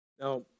Now